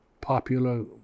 popular